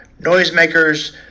noisemakers